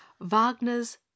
Wagner's